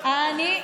איך הוא,